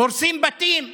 הורסים בתים,